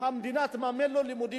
המדינה תממן לו לימודים